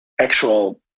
actual